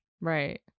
Right